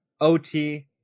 ot